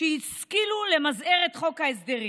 שהשכילו למזער את חוק ההסדרים.